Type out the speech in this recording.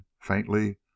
faintly